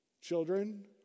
Children